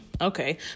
okay